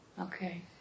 Okay